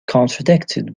contradicted